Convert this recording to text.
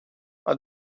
are